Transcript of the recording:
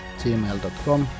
gmail.com